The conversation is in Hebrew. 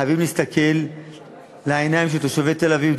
חייבים להסתכל בעיניים של תושבי תל-אביב,